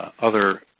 other